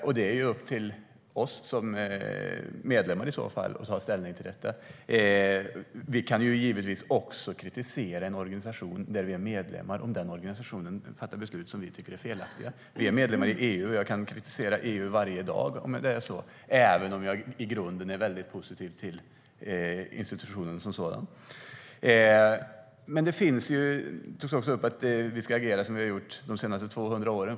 Det är i så fall upp till oss som medlemmar att ta ställning till detta. Det togs också upp att vi ska agera som vi har gjort de senaste 200 åren.